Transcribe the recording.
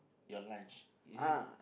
your lunch is it